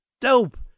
Dope